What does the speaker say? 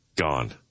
Gone